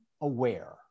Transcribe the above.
aware